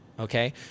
Okay